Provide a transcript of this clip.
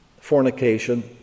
fornication